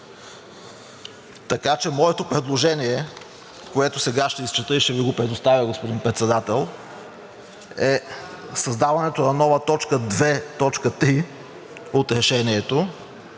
Така че моето предложение, което сега ще изчета и ще Ви го предоставя, господин Председател, е създаването на нова т. 2 и 3 от Решението,